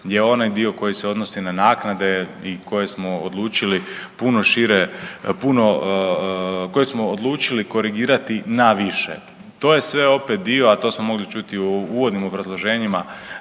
naknade i koje smo odlučili puno šire, puno, koje smo odlučili korigirati na više. To je sve opet dio, a to smo mogli čuti u uvodnim obrazloženjima